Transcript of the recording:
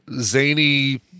zany